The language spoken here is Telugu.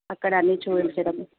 అక్కడ అన్నీ చూపించడం